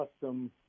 custom